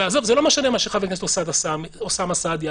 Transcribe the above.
ועזוב, זה לא משנה מה שחבר הכנסת אוסאמה סעדי אמר.